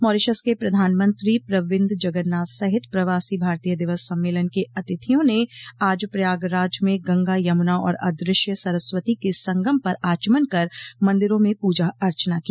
Mauritius के प्रधानमंत्री प्रविन्द जगन्नाथ सहित प्रवासी भारतीय दिवस सम्मेलन के अतिथियों ने आज प्रयागराज में गंगा यमुना और अदृश्य सरस्वती के संगम पर आचमन कर मंदिरों में पूजा अर्चना की